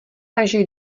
takže